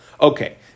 Okay